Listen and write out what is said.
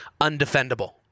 undefendable